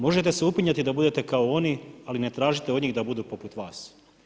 Možete se upinjati da budete kao oni, ali ne tražite od njih da budu poput vas.